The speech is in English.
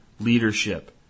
Leadership